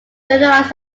generalized